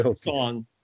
Song